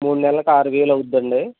మూడు నెల్లకి ఆరు వేలు అవుతుందండి